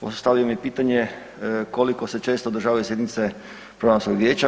Postavio mi je pitanje koliko se često održavaju sjednice Programskog vijeća?